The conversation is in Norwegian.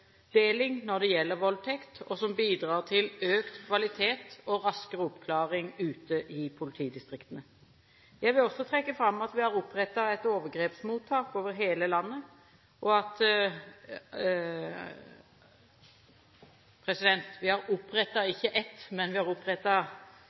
når det gjelder voldtekt, og som bidrar til økt kvalitet og raskere oppklaring ute i politidistriktene. Jeg vil også trekke fram at vi har opprettet flere overgrepsmottak over hele landet, og at